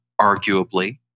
arguably